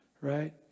right